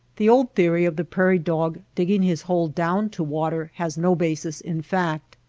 the old theory of the prairie dog digging his hole down to water has no basis in fact.